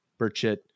Burchett